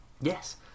Yes